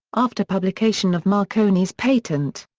after publication of marconi's patent.